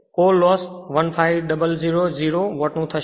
core loss 15000 વોટનું થશે